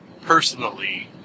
personally